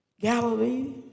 Galilee